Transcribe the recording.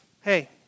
Hey